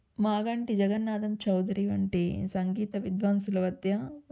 మాగంటి జగన్నాథం చౌదరి వంటి సంగీత విద్వాంసుల వధ్య